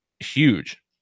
huge